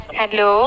Hello